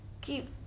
keep